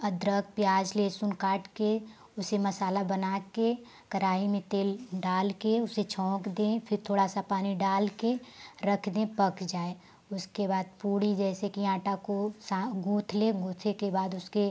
अदरक प्याज लहसुन काट के उसे मसाला बना के कराही में तेल डाल के उसे छौंक दें फिर थोड़ा सा पानी डाल के रख दें पक जाए उसके बाद पूड़ी जैसे कि आटा को गूँथ लें गूथे के बाद उसके